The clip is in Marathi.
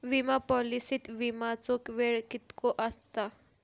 विमा पॉलिसीत विमाचो वेळ कीतको आसता?